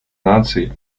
нации